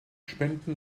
spenden